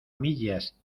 millas